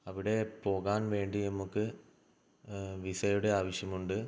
അവിടെ പോകാന് വേണ്ടി നമുക്ക് വിസയുടെ ആവശ്യമുണ്ട്